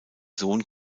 sohn